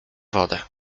wodę